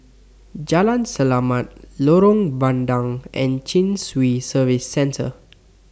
Jalan Selamat Lorong Bandang and Chin Swee Service Centre